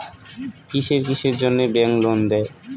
কিসের কিসের জন্যে ব্যাংক লোন দেয়?